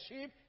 sheep